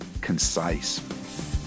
concise